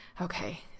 okay